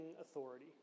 authority